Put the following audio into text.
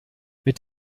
mit